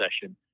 session